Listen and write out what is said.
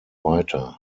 weiter